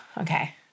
Okay